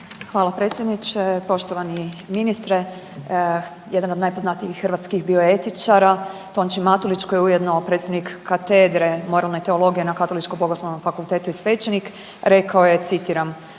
Hvala predsjedniče. Poštovani ministre. Jedan od najpoznatijih hrvatskih bioetičara Tonči Matulić koji je ujedno predstojnik katedre moralne teologije na Katoličko-bogoslovnom fakultetu i svećenik rekao je citiram: